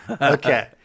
Okay